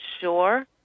sure